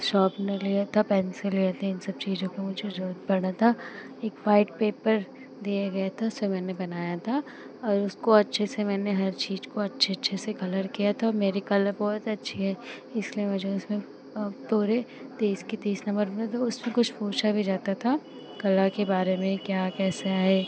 sharpener लिया था pencil लिए थे इन सब चीज़ों की मुझे ज़रूरत पड़ा था एक वाइट पेपर दिया गया था उसे मैंने बनाया था और उसको अच्छे से मैंने हर चीज़ को अच्छे अच्छे से कलर किया था और मेरे कलर बहुत अच्छे है इसलिए मुझे उसमें पूरे तीस के तीस नम्बर मिले थे उसमें कुछ पूछा भी जाता था कला के बारे में क्या कैसा है